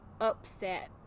upset